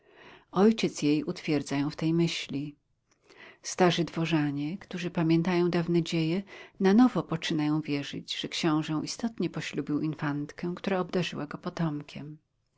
ojciec jej utwierdza ją w tej myśli starzy dworzanie którzy pamiętają dawne dzieje na nowo poczynają wierzyć że książę istotnie poślubił infantkę która obdarzyła go potomkiem